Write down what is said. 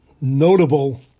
notable